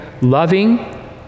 loving